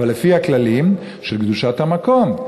אבל לפי הכללים של קדושת המקום.